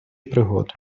пригод